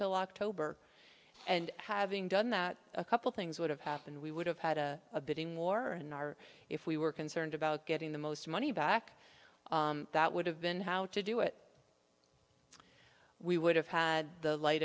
till october and having done that a couple things would have happened we would have had a bidding war in our if we were concerned about getting the most money back that would have been how to do it we would have had the light